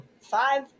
Five